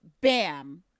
bam